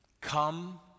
Come